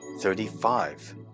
Thirty-five